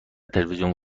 تلویزیون